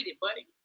buddy